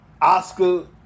Oscar